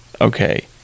Okay